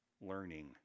learning